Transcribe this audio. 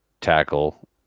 tackle